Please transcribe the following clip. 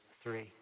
three